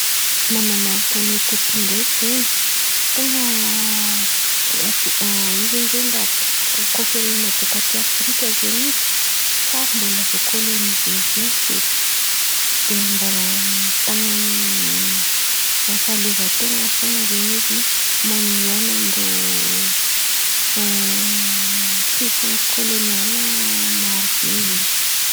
Man̈amarika an'i Etiopy ndraiky zen̈y ten̈a indray kôa firenena bôkà aty Afrika zen̈y izy tsy ary mbola vô-kôlonise zen̈y feky. Dia mbola mitan̈a ny fahaleovanten̈any foan̈a zen̈y izy manoloan̈a an-drô poisansy kôlôniala marobe zen̈y.